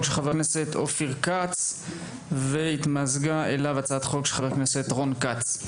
של חה"כ אופיר כץ והתמזגה אליה הצעת חוק של חה"כ רון כץ.